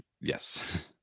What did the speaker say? Yes